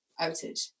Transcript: outage